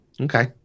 Okay